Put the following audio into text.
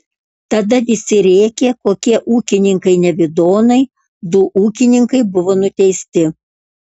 tada visi rėkė kokie ūkininkai nevidonai du ūkininkai buvo nuteisti